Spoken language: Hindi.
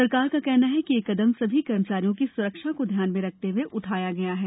सरकार का कहना है कि यह कदम सभी कर्मचारियों की स्रक्षा को ध्यान में रखते हुए उठाया गया है